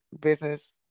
business